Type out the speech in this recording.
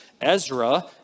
Ezra